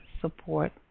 support